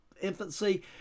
infancy